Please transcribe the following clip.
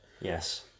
Yes